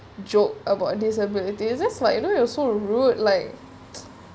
joke about disabilities just like you know you also rude like